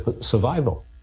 survival